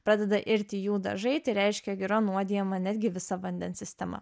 pradeda irti jų dažai tai reiškia jog yra nuodijama netgi visa vandens sistema